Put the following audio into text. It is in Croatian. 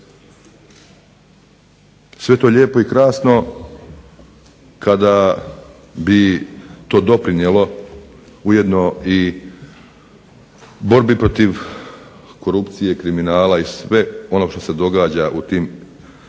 Sve to lijepo i krasno kada bi to doprinijelo, ujedno i borbi protiv korupcije i kriminala i sve onog što se događa u tim i ostalim